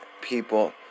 people